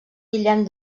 guillem